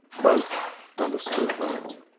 both understood that.